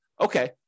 okay